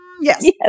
yes